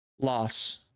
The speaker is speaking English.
loss